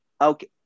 okay